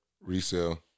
resale